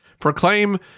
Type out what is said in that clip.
proclaim